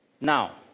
Now